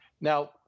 Now